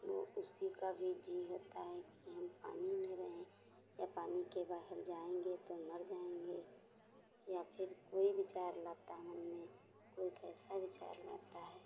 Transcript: मैं उसी का भी जीव होता है कि हम पानी में रहे और पानी के बाहर जाएंगे तो मर जाएंगे या फिर कोई विचार लाता है मन में कोई कैसा विचार लाता है